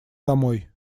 домой